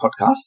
podcast